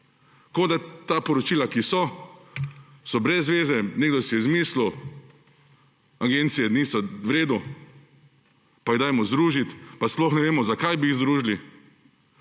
kot da ta poročila, ki so, so brez zveze, nekdo si je izmislil, agencije niso v redu, pa jih dajmo združiti, pa sploh ne vemo, zakaj bi jih združili